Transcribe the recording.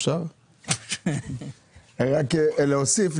אני רוצה להוסיף.